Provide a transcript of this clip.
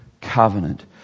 covenant